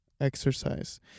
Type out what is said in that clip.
exercise